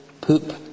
poop